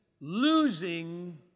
losing